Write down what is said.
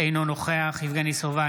אינו נוכח יבגני סובה,